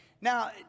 Now